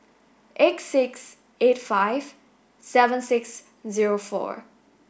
eight six eight five seven six zero four